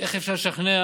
איך אפשר לשכנע